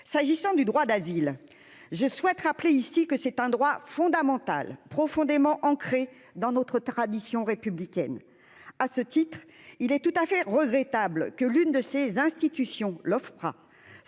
s'agissant du droit d'asile, je souhaite rappeler ici que c'est un droit fondamental, profondément ancré dans notre tradition républicaine à ce type, il est tout à fait regrettable que l'une de ses institutions, l'Ofpra